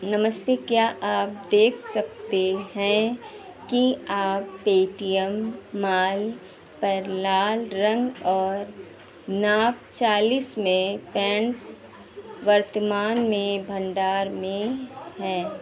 नमस्ते क्या आप देख सकते हैं कि आप पेटीएम मॉल पर लाल रंग और नाप चालीस में पैन्ट्स वर्तमान में भण्डार में है